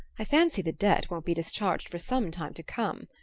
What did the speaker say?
i fancy the debt won't be discharged for some time to come.